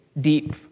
deep